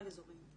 על-אזוריים.